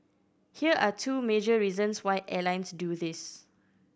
here are two major reasons why airlines do this